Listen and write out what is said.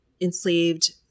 enslaved